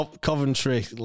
Coventry